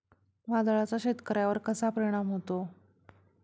वादळाचा शेतकऱ्यांवर कसा परिणाम होतो?